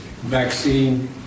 vaccine